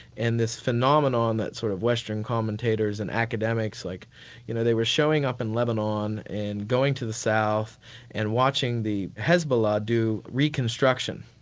and this phenomenon that sort of western commentators and academics like you know they were showing up in lebanon and going to the south and watching the hezbollah do reconstruction,